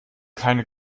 keine